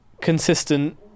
consistent